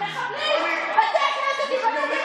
תמשיכי עם השנאה.